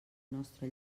nostre